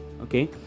Okay